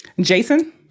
Jason